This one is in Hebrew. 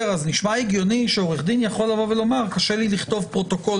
נשמע הגיוני שעורך דין יכול לומר שקשה לו לכתוב פרוטוקול